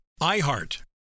IHEART